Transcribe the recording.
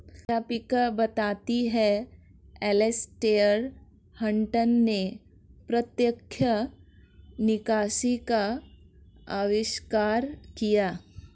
अध्यापिका बताती हैं एलेसटेयर हटंन ने प्रत्यक्ष निकासी का अविष्कार किया